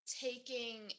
taking